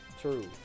True